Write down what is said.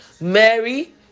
mary